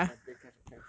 then I play clash of clans